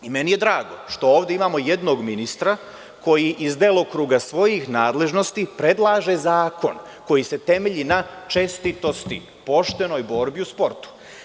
Meni je drago što ovde imamo jednog ministra koji iz delokruga svojih nadležnosti predlaže zakon koji se temelji na čestitosti, poštenoj borbi u sportu.